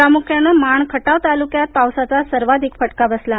प्रामुख्याने माण खटाव तालुक्यात पावसाचा सर्वाधिक फटका बसला आहे